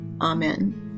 Amen